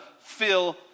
fill